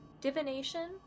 Divination